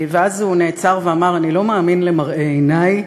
ואז הוא נעצר ואמר: אני לא מאמין למראה עיני,